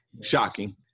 shocking